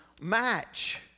match